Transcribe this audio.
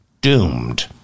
doomed